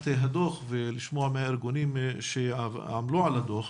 הדוח ולשמוע מהארגונים שעמלו על הדוח.